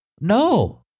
no